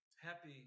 Happy